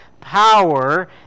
power